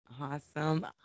awesome